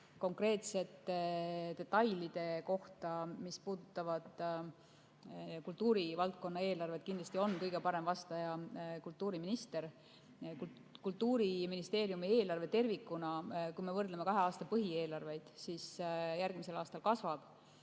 konkreetseid detaile, mis puudutavad kultuurivaldkonna eelarvet, oskab kindlasti kõige paremini valgustada kultuuriminister. Kultuuriministeeriumi eelarve tervikuna, kui me võrdleme kahe aasta põhieelarveid, järgmisel aastal kasvab.